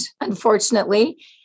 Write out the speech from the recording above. unfortunately